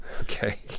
okay